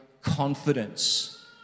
confidence